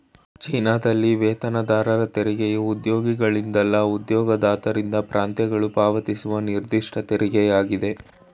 ಚೀನಾದಲ್ಲಿ ವೇತನದಾರರ ತೆರಿಗೆಯು ಉದ್ಯೋಗಿಗಳಿಂದಲ್ಲ ಉದ್ಯೋಗದಾತರಿಂದ ಪ್ರಾಂತ್ಯಗಳು ಪಾವತಿಸುವ ನಿರ್ದಿಷ್ಟ ತೆರಿಗೆಯಾಗಿದೆ